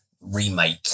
remake